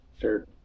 Sure